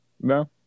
no